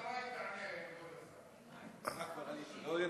אחרי יעלה.